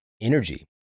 energy